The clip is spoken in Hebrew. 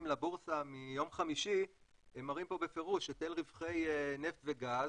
לבורסה מיום חמישי מראים פה בפירוש היטל רווחי נפט וגז,